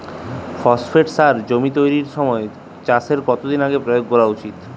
Phosphate সার জমি তৈরির সময় চাষের কত দিন আগে প্রয়োগ করা উচিৎ?